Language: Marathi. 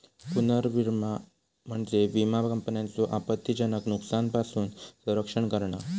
पुनर्विमा म्हणजे विमा कंपन्यांचो आपत्तीजनक नुकसानापासून संरक्षण करणा